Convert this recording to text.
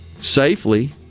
safely